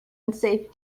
unsafe